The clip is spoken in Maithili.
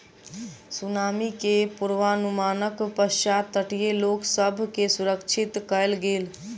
सुनामी के पुर्वनुमानक पश्चात तटीय लोक सभ के सुरक्षित कयल गेल